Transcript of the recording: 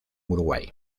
uruguay